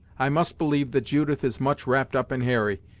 i must believe that judith is much wrapped up in hurry,